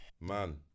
Man